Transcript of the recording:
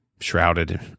shrouded